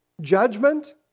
judgment